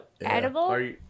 edible